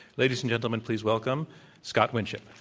ladies and gentlemen, please welcome scott winship.